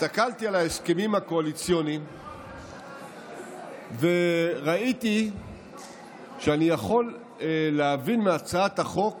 הסתכלתי על ההסכמים הקואליציוניים וראיתי שאני יכול להבין מהצעת החוק